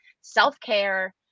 self-care